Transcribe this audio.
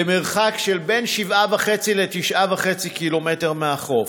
במרחק שבין 7.5 ל-9.5 ק"מ מהחוף.